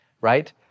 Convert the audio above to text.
right